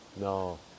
No